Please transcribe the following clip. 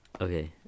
Okay